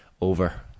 over